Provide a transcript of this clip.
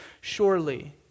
surely